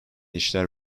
işler